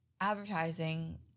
advertising